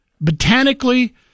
botanically